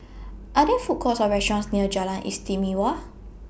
Are There Food Courts Or restaurants near Jalan Istimewa